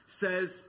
says